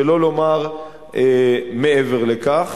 שלא לומר מעבר לכך.